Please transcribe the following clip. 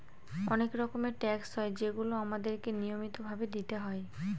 অনেক রকমের ট্যাক্স হয় যেগুলো আমাদেরকে নিয়মিত ভাবে দিতে হয়